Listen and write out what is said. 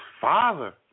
Father